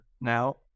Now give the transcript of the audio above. now